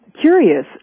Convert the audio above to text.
curious